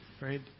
right